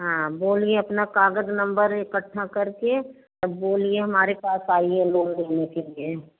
हाँ बोलिए अपना कागज नंबर इकट्ठा करके और बोलिए हमारे पास आइए लोन लेने के लिए